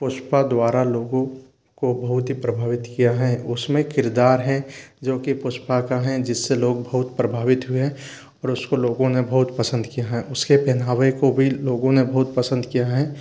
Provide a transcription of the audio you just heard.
पुष्पा द्वारा लोगों को बहुत ही प्रभावित किया है उसमें किरदार है जो कि पुष्पा का है जिससे लोग बहुत प्रभावित हुए हैं और उसको लोगों ने बहुत पसंद किया है उसके पहनावे को भी लोगों ने बहुत पसंद किया है